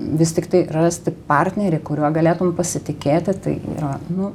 vis tiktai rasti partnerį kuriuo galėtum pasitikėti tai yra nu